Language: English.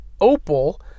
opal